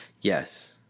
Yes